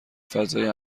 فضای